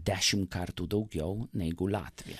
dešim kartų daugiau negu latvija